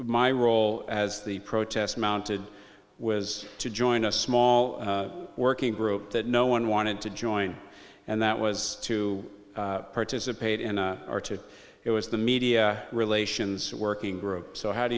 my role as the protests mounted was to join a small working group that no one wanted to join and that was to participate in a or to it was the media relations working group so how do